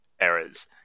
errors